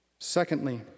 secondly